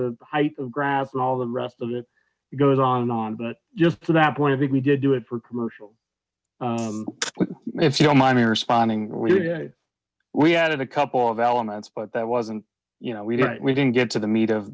a height of grass and all the rest of it goes on and on but just to that point i think we did do it for commercial if you don't mind me responding we added a couple of elements but that wasn't we didn't we didn't get to the meat of